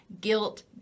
guilt